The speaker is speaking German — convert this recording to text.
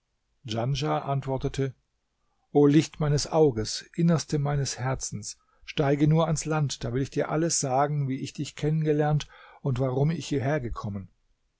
djanschah antwortete o licht meines auges innerstes meines herzens steige nur ans land da will ich dir alles sagen wie ich dich kennengelernt und warum ich hierher gekommen